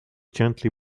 gently